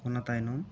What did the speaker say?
ᱚᱱᱟ ᱛᱟᱭᱱᱚᱢ